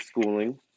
schooling